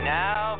now